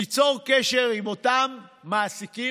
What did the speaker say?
תיצור קשר עם אותם מעסיקים,